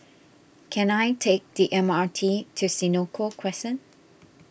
can I take the M R T to Senoko Crescent